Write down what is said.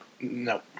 No